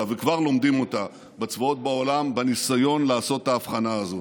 וכבר לומדים אותה בצבאות בעולם בניסיון לעשות את ההבחנה הזאת.